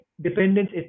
dependence